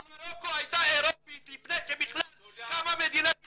גם מרוקו הייתה אירופית לפני שבכלל קמה מדינת ישראל.